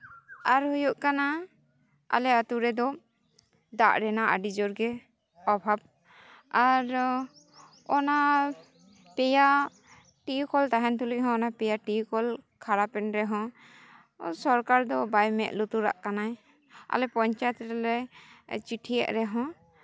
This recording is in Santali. ᱟᱨ ᱦᱩᱭᱩᱜ ᱠᱟᱱᱟ ᱟᱞᱮ ᱟᱹᱛᱩ ᱨᱮ ᱫᱚ ᱫᱟᱜ ᱨᱮᱱᱟᱜ ᱟᱹᱰᱤ ᱡᱳᱨᱜᱮ ᱚᱵᱷᱟᱵᱽ ᱟᱨ ᱚᱱᱟ ᱯᱮᱭᱟ ᱴᱩᱭᱩ ᱠᱚᱞ ᱛᱟᱦᱮᱱ ᱛᱩᱞᱩᱪ ᱦᱚᱸ ᱚᱱᱟ ᱯᱮᱭᱟ ᱴᱤᱭᱩᱠᱚᱞ ᱠᱷᱟᱨᱟᱯ ᱮᱱ ᱨᱮᱦᱚᱸ ᱥᱚᱨᱠᱟᱨ ᱫᱚ ᱵᱟᱭ ᱢᱮᱫ ᱞᱩᱛᱩᱨᱟᱜ ᱠᱟᱱᱟ ᱟᱞᱮ ᱯᱚᱧᱪᱟᱭᱮᱛ ᱨᱮᱞᱮ ᱪᱤᱴᱷᱤᱭᱮᱫ ᱨᱮᱦᱚᱸ